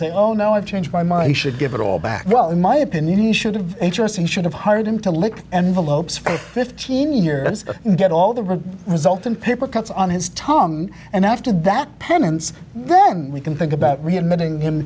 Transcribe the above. say oh no i've changed my mind you should give it all back well in my and you should have interesting should have hired him to lick envelopes for fifteen years and get all the result in paper cuts on his tongue and after that penance then we can think about reinventing